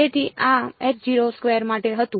તેથી આ માટે હતું